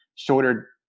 Shorter